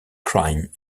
crime